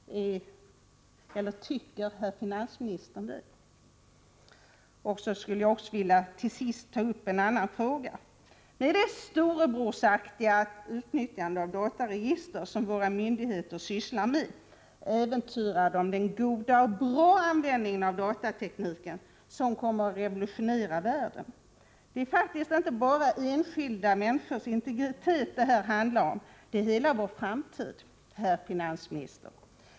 Eller tycker herr finansministern det? Så skulle jag till sist vilja ta upp en annan fråga. Med det storebrorsaktiga utnyttjande av dataregister som våra myndigheter sysslar med äventyrar de den goda användningen av datatekniken som kommer att revolutionera världen. Det är faktiskt inte bara enskilda människors integritet det här handlar om. Det är hela vår framtid, herr finansminister.